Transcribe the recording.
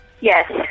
Yes